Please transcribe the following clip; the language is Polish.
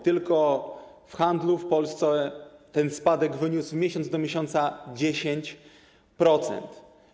Tylko w handlu w Polsce ten spadek wyniósł miesiąc do miesiąca 10%.